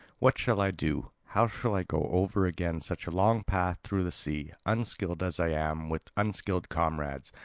what shall i do, how shall i go over again such a long path through the sea, unskilled as i am, with unskilled comrades?